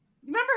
Remember